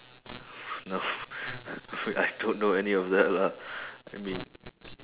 no wait I don't know any of that lah I mean